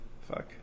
Fuck